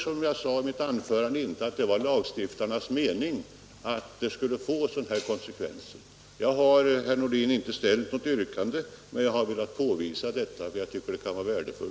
Som jag sade i mitt huvudanförande tror jag inte heller att det var lagstiftarnas mening att det skulle bli sådana här konsekvenser. Jag har, herr Nordin, inte ställt något yrkande, men jag har velat påvisa detta därför att jag tror det är värdefullt.